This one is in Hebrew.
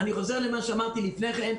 אני חוזר למה שאמרתי לפני כן.